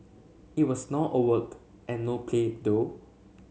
it was not all work and no play though